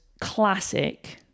classic